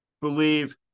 believe